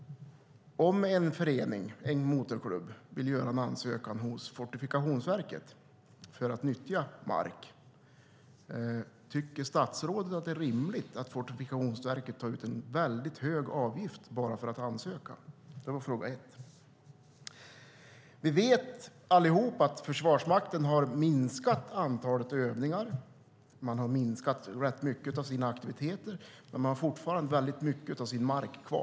Om en förening, en motorklubb, vill göra en ansökan hos Fortifikationsverket för att nyttja mark, tycker statsrådet att det är rimligt att Fortifikationsverket tar ut en väldigt hög avgift bara för att föreningen ska få ansöka? Vi vet allihop att Försvarsmakten har minskat antalet övningar. Man har minskat rätt mycket på sina aktiviteter, men man har fortfarande väldigt mycket av sin mark kvar.